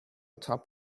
top